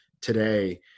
today